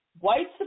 white